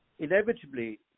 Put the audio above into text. Inevitably